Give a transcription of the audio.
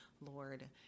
Lord